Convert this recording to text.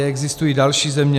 Existují další země.